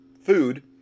food